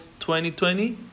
2020